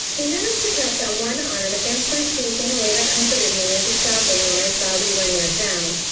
he managed to press that one arm against my cheek in a way that comforted me into stopping when i saw we were near town.